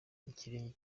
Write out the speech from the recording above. ikirenge